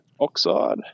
oxide